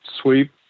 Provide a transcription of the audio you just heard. sweep